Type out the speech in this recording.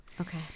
Okay